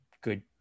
Good